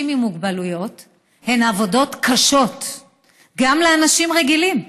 עם מוגבלויות הן עבודות קשות גם לאנשים רגילים,